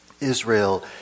Israel